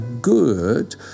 good